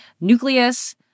nucleus—